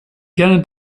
piano